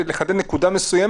אש: